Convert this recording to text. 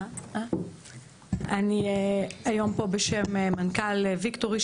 אני היום פה בשם מנכ"ל ויקטורי,